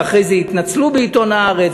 ואחרי זה התנצלו בעיתון "הארץ",